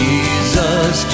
Jesus